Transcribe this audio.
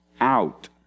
out